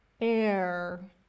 Air